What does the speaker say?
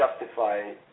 justify